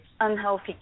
unhealthy